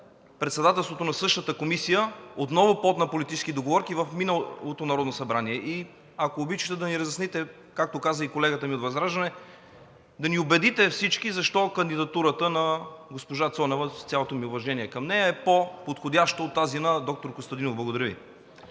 председателството на същата комисия, отново плод на политически договорки в миналото Народно събрание. Ако обичате, да ни разясните, както каза и колегата ми от ВЪЗРАЖДАНЕ, да ни убедите всички защо кандидатурата на госпожа Цонева, с цялото ми уважение към нея, е по-подходяща от тази на доктор Костадинов. Благодаря Ви.